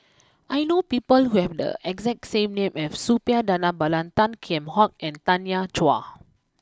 I know people who have the exact name as Suppiah Dhanabalan Tan Kheam Hock and Tanya Chua